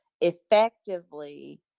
effectively